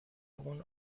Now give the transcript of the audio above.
اون